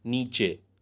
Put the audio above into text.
નીચે